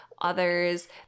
others